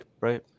right